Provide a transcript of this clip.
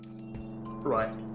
right